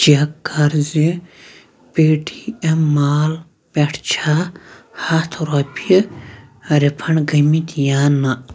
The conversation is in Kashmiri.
چٮ۪ک کَر زِ پے ٹی اٮ۪م مال پٮ۪ٹھ چھےٚ ہَتھ رۄپیہِ رِفنٛڈ گٔمِتۍ یا نہ